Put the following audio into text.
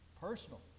personal